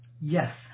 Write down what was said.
Yes